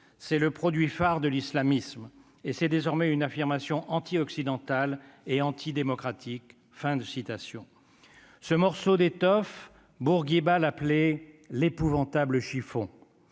c'est le produit phare de l'islamisme, et c'est désormais une affirmation anti-occidentale et anti-démocratique, fin de citation ce morceau d'étoffe Bourguiba l'appeler l'épouvantable chiffon